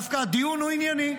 דווקא הדיון הוא ענייני,